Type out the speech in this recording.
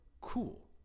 cool